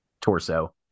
torso